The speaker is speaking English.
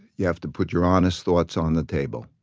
you have to put your honest thoughts on the table.